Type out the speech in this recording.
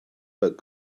but